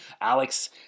Alex